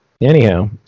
anyhow